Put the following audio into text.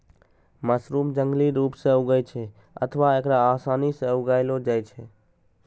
mushroom जंगली रूप सं उगै छै अथवा एकरा आसानी सं उगाएलो जाइ छै